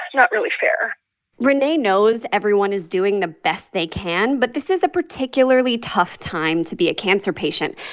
not really fair rene knows everyone is doing the best they can, but this is a particularly tough time to be a cancer patient.